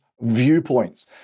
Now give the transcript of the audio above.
viewpoints